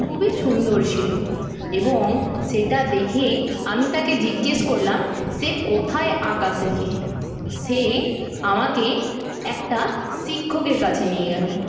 খুবই সুন্দর ছিল এবং সেটা দেখে আমি তাকে জিজ্ঞেস করলাম সে কোথায় আঁকা শেখে সে আমাকে একটা শিক্ষকের কাছে নিয়ে গেল